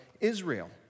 Israel